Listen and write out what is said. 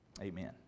amen